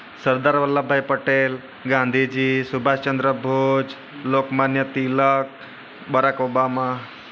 Sardar Vallabhbhai Patel Gandhiji Subhashchandra Bose Lokmanya Tilak Barack Obama